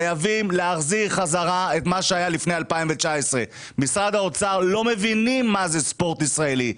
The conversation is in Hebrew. חייבים להחזיר חזרה את מה שהיה לפני 2019. משרד האוצר לא מבין מה זה ספורט ישראלי,